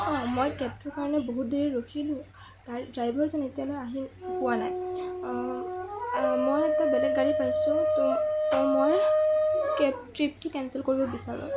অঁ মই কেবটোৰ কাৰণে বহুত দেৰি ৰখিলোঁ গাড়ী ড্ৰাইভাৰজন এতিয়ালৈ আহি পোৱা নাই অঁ মই এটা বেলেগ গাড়ী পাইছোঁ ত ত' মই কেব ট্ৰিপটো কেনচেল কৰিব বিচাৰোঁ